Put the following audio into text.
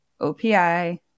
OPI